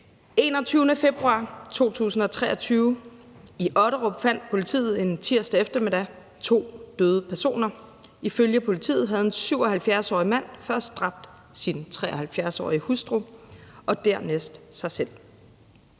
21. februar 2023: I Otterup fandt politiet en tirsdag eftermiddag to døde personer. Ifølge politiet havde en 77-årig mand først dræbt sin 73-årige hustru og dernæst sig selv.